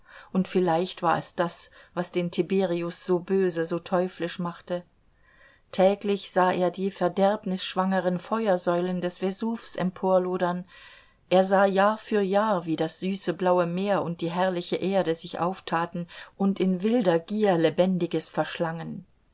und vielleicht war es das was den tiberius so böse so teuflisch machte täglich sah er die verderbnisschwangeren feuersäulen des vesuvs emporlodern er sah jahr für jahr wie das süße blaue meer und die herrliche erde sich auftaten und in wildere gier lebendiges verschlangen